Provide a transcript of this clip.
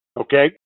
Okay